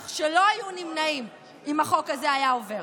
שלא היו נמנעים אם החוק הזה היה עובר,